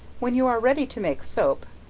when you are ready to make soap,